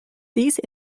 these